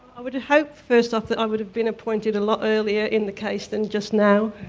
i would hope first off that i would have been appointed a lot earlier in the case than just now,